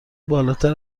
بالاتر